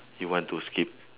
you want to skip